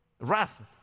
wrath